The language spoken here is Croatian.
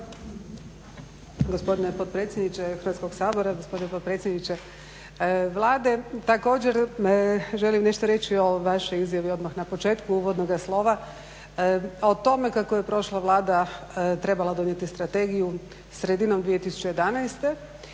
lijepa. Gospodine potpredsjedniče Hrvatskog sabora, gospodine potpredsjedniče Vlade. Također želim nešto reći o vašoj izjavi odmah na početku uvodnoga slova o tome kako je prošla Vlada trebala donijeti strategiju sredinom 2011.